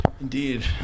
indeed